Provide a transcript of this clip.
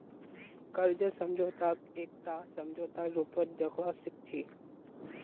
कर्ज समझौताक एकटा समझौतार रूपत देखवा सिख छी